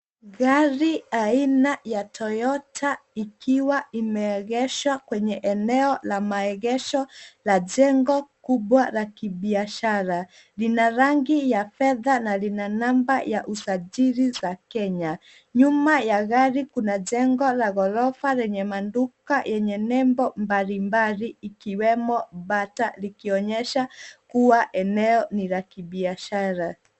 Gari aina ya Toyota ikiwa imeegeshwa kwenye eneo la maegesho la jengo kubwa la kibiashara. Lina rangi ya fedha na lina namba ya usajili za Kenya. Nyuma ya gari kuna jengo la ghorofa lenye maduka yenye nembo mbalimbali ikiwemo Bata likionyesha kuwa eneo ni la kibiashara.